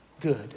good